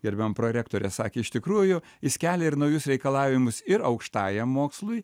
gerbiama prorektore sakė iš tikrųjų jis kelia ir naujus reikalavimus ir aukštajam mokslui